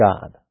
God